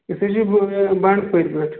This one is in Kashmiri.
أسۍ حظ چھِ بَنڈٕپورِ پٮ۪ٹھ